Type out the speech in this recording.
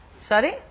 Sorry